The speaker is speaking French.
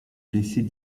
laisser